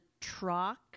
truck